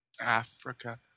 Africa